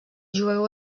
jueu